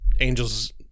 Angel's